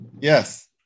Yes